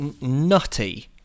nutty